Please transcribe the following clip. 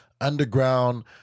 underground